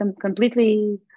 completely